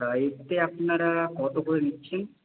তা এতে আপনারা কত করে নিচ্ছেন